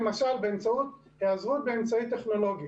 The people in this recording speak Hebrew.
למשל באמצעות היעזרות באמצעי טכנולוגי